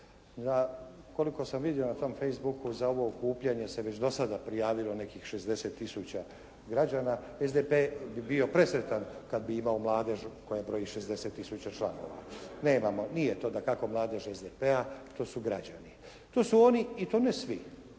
koliko sam vidio na tom facebooku za ovo okupljanje se već do sada prijavilo nekih 60 tisuća građana, SDP bi bio presretan kada bi imao mladež koja broji 60 tisuća članova. Nemamo, nije to dakako mladež SDP-a, to su građani. To su oni i to ne svi,